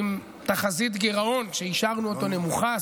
עם תחזית גירעון שהשארנו אותה נמוכה,